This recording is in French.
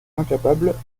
incapable